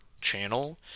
channel